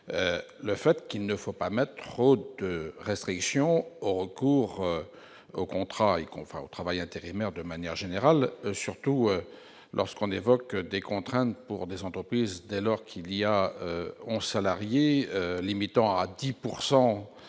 le fait qu'il ne faut pas mettre restriction au recours aux contrats et qu'on va au travail intérimaire de manière générale, surtout lorsqu'on évoque des contraintes pour des entreprises dès lors qu'il y a on salariés limitant à 10